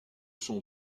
son